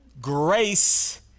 grace